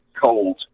Cold